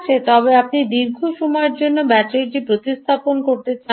তবে আপনি দীর্ঘ সময়ের জন্য ব্যাটারিটি প্রতিস্থাপন করতে চান না